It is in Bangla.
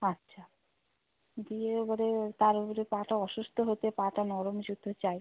আচ্ছা দিয়ে এবারে তার ওপরে পাটা অসুস্থ হতে পাটা নরম জুতো চায়